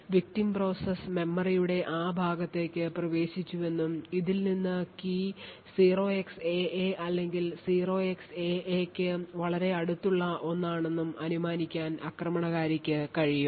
victim process മെമ്മറിയുടെ ആ ഭാഗത്തേക്ക് പ്രവേശിച്ചുവെന്നും അതിൽ നിന്ന് key 0xAA അല്ലെങ്കിൽ 0xAA ന് വളരെ അടുത്തുള്ള ഒന്നാണെന്നും അനുമാനിക്കാൻ ആക്രമണകാരിക്ക് കഴിയും